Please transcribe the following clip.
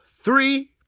three